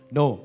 no